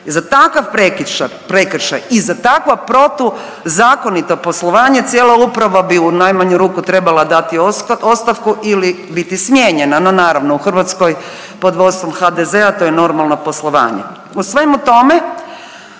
Za takav prekršaj i za takvo protuzakonito poslovanje cijela uprava bi u najmanju ruku trebala dati ostavku ili biti smijenjena, no naravno u Hrvatskoj pod vodstvom HDZ-a to je normalno poslovanje. U svemu tome